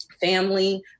Family